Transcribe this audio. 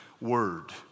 word